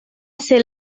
ser